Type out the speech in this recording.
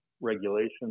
regulations